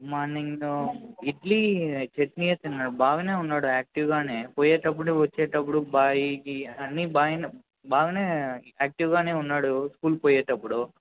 morning idli chutney ఏ తిన్నాడు బాగానే ఉన్నాడు యాక్టీవ్గానే పోయేటప్పుడు వచ్చేటప్పుడు బయ్ గీయ్ అన్ని బాగానే యాక్టీవ్గానే ఉన్నాడు స్కూల్ పోయేటప్పుడు